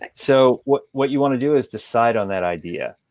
ah so what what you want to do is decide on that idea.